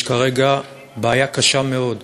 יש כרגע בעיה קשה מאוד,